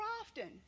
often